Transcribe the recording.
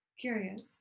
curious